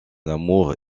amour